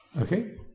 Okay